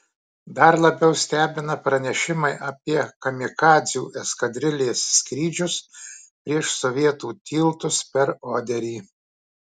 dar labiau stebina pranešimai apie kamikadzių eskadrilės skrydžius prieš sovietų tiltus per oderį